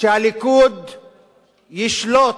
שהליכוד ישלוט